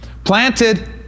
Planted